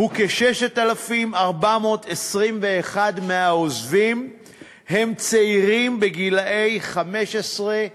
הוא ש-6,421 מהעוזבים הם צעירים בגילי 15 29,